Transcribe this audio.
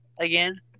again